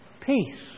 peace